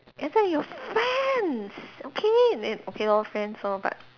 I thought your friends okay then okay lor friends lor but